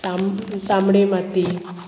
ताम तामडे माती